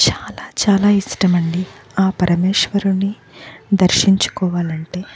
చాలా చాలా ఇష్టమండి ఆ పరమేశ్వరుడిని దర్శించుకోవాలంటే